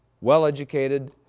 well-educated